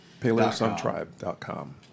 PaleoSunTribe.com